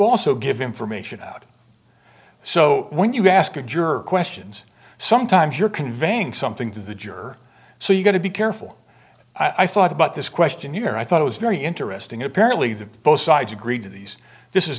also give information out so when you ask a jerk questions sometimes you're conveying something to the juror so you got to be careful i thought about this question here i thought it was very interesting apparently that both sides agreed to these this is